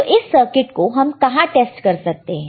तो इस सर्किट को हम कहां टेस्ट कर सकते हैं